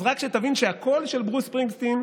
אז רק תבין שהקול של ברוס ספרינגסטין,